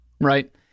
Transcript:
right